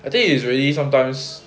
I think it is really sometimes